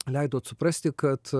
leidot suprasti kad